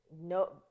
no